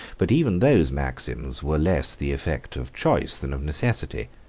but even those maxims were less the effect of choice than of necessity.